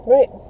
Right